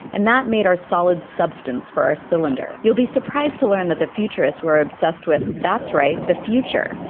and that made our solid substance for our cylinder. you'll be surprised to learn that the futurists were obsessed with that's right the future,